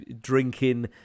drinking